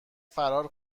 فرار